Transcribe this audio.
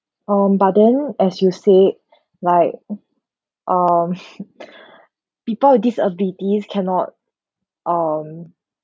um but then as you said like um people with disabilities cannot um